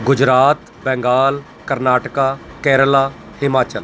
Gujarat Bengal Karnataka Kerala Himachal